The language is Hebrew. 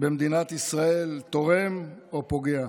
במדינת ישראל תורמת או פוגעת?